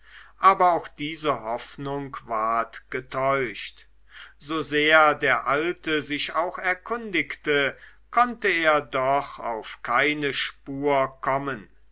aber auch diese hoffnung ward getäuscht so sehr der alte sich auch erkundigte konnte er doch auf keine spur kommen